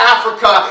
Africa